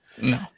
No